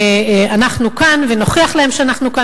שאנחנו כאן ונוכיח להם שאנחנו כאן,